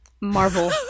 Marvel